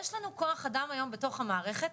יש לנו כוח אדם היום בתוך המערכת,